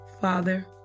Father